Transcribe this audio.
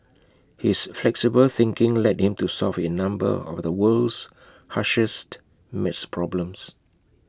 his flexible thinking led him to solve A number of the world's harshest math problems